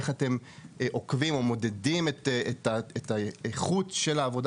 איך אתם עוקבים או מודדים את האיכות של העבודה